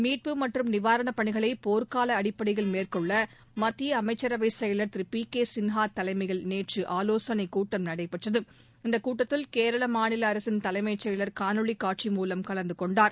மீட்பு மற்றும் நிவாரணப் பணிகளை போர்க்கால அடிப்படையில் மேற்கொள்ள மத்திய அமைச்சரவைச் செயலர் திரு பி கே சின்ஹா தலைமையில் நேற்று ஆலோசனைக் கூட்டம் நடைபெற்றது இந்தக் கூட்டத்தின் கேரள மாநில அரசின் தலைமைச் செயலர் காணொலி காட்சி மூலம் கலந்து கொண்டார்